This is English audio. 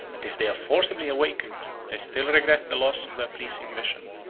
that if they are forcibly awakened, they still regret the loss of their pleasing vision.